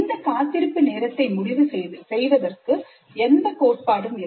இந்த காத்திருப்பு நேரத்தை முடிவு செய்ததற்கு எந்தக் கோட்பாடும் இல்லை